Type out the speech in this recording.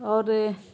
اور